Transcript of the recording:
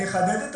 אני אחדד.